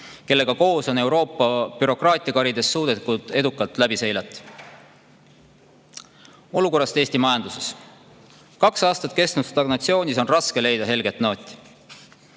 kellega koos on Euroopa bürokraatiakaride vahelt suudetud edukalt läbi seilata. Olukorrast Eesti majanduses. Kaks aastat kestnud stagnatsioonis on raske leida helget nooti.